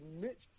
Mitch